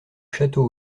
château